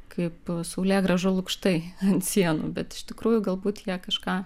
kaip saulėgrąžų lukštai ant sienų bet iš tikrųjų galbūt jie kažką